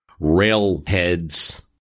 railheads